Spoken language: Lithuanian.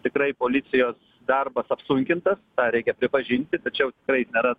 tikrai policijos darbas apsunkintas reikia pripažinti tačiau nėra